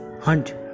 hunt